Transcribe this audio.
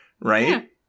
Right